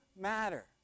matter